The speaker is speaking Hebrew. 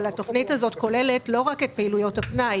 אבל התכנית הזאת כוללת לא רק את פעילויות הפנאי